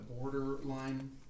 borderline